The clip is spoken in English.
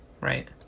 right